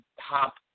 top